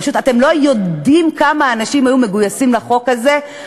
פשוט אתם לא יודעים כמה אנשים היו מגויסים לחוק הזה.